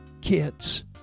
kids